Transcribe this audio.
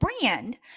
brand